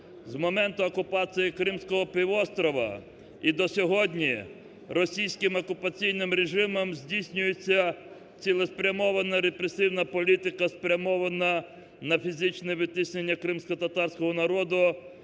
З моменту окупації Кримського півострова і до сьогодні російським окупаційним режимом здійснюється цілеспрямована репресивна політика, спрямована на фізичне відтиснення кримськотатарського народу,